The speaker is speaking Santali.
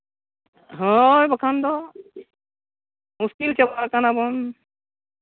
ᱦᱳᱭ ᱵᱟᱠᱷᱟᱱ ᱫᱚ ᱢᱩᱥᱠᱤᱞ ᱪᱟᱵᱟᱣ ᱠᱟᱱᱟ ᱵᱚᱱ